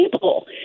table